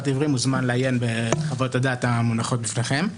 העברי מוזמן לעיין בחוות הדעת המונחות בפניכם.